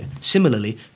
Similarly